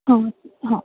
હ હ